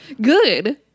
good